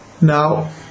Now